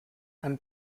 han